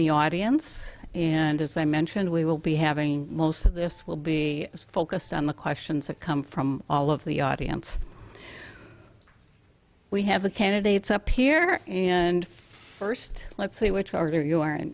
the audience and as i mentioned we will be having most of this will be focused on the questions that come from all of the audience we have a candidates up here and first let's see which order you are